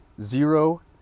zero